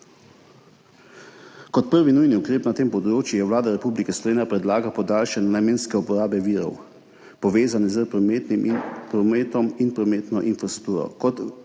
Kot prvi nujni ukrep na tem področju Vlada Republike Slovenije predlaga podaljšanje namenske uporabe virov, povezanih s prometom in prometno infrastrukturo.